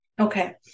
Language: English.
Okay